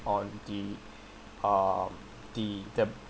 on the uh the the